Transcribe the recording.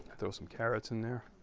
throw some carrots in there.